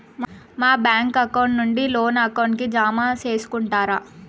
మా bank account నుండి loan account కి జామ సేసుకుంటారా?